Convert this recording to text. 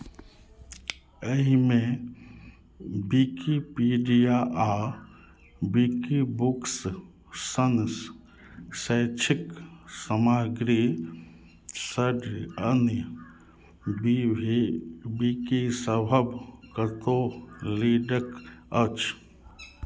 एहिमे विकिपीडिया आ विकिबुक्स सन शैक्षिक समाग्री सड अन्य बिभी विकिसभभ कतो लिडक अछि